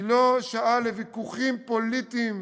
היא לא שעה לוויכוחים פוליטיים,